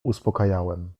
uspokajałem